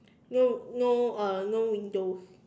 no no uh no windows